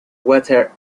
whether